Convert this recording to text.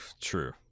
true